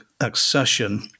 accession